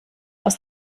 aus